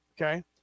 okay